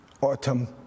autumn